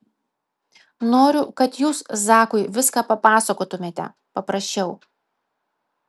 noriu kad jūs zakui viską papasakotumėte paprašiau